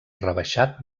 rebaixat